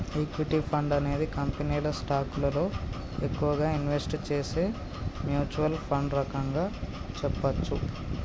equity fund అనేది కంపెనీల స్టాకులలో ఎక్కువగా ఇన్వెస్ట్ చేసే మ్యూచ్వల్ ఫండ్ రకంగా చెప్పచ్చు